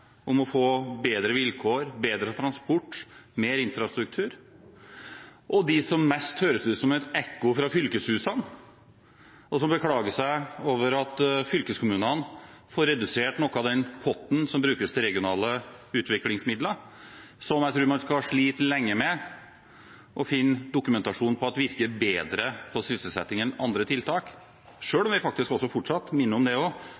om å få bedre vilkår, bedre transport, mer infrastruktur, og dem som mest høres ut som et ekko fra fylkeshusene, og som beklager seg over at fylkeskommunene får redusert noe av den potten som brukes til regionale utviklingsmidler – noe jeg tror man skal slite lenge med å finne dokumentasjon på at virker bedre med tanke på sysselsetting enn andre tiltak – selv om vi faktisk fortsatt, jeg minner om det